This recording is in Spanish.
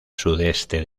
sudeste